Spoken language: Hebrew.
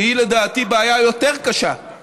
שהיא לדעתי בעיה יותר קשה,